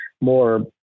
more